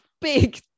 big